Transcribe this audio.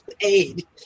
Aid